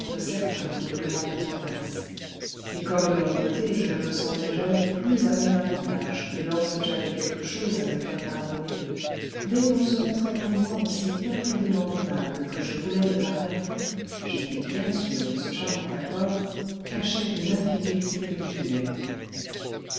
certains redoublements de tendresse et comme de mon côté je ne me sentais jamais plus à mon avantage que lorsque j'avais quelque chose à me faire pardonner dès qu'on se montrait pour moi aussi perfidement aimable que je voulais le paraître j'étais bien sûr que ce charmant accord cachait une infidélité mutuelle